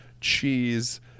cheese